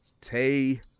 Tay